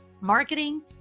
marketing